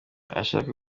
ashake